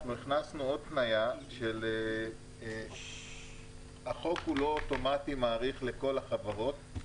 אנחנו הכנסנו עוד התניה שהחוק לא אוטומטי מאריך לכל החברות,